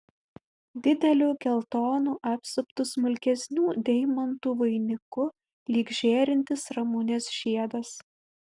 dideliu geltonu apsuptu smulkesnių deimantų vainiku lyg žėrintis ramunės žiedas